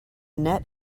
net